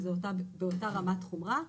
שזה באותה רמת חומרה.